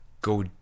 go